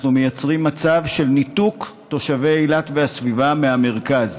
מייצרים מצב של ניתוק תושבי אילת והסביבה מהמרכז.